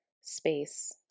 space